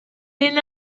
ben